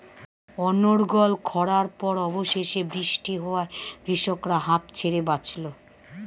অনর্গল খড়ার পর অবশেষে বৃষ্টি হওয়ায় কৃষকরা হাঁফ ছেড়ে বাঁচল